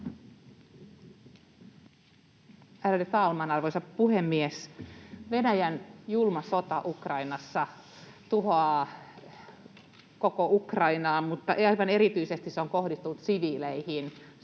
Ärade talman, arvoisa puhemies! Venäjän julma sota Ukrainassa tuhoaa koko Ukrainaa, mutta aivan erityisesti se on kohdistunut siviileihin — iskut